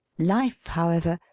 life, however,